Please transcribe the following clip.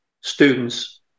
students